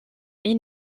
est